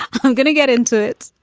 i'm gonna get into it.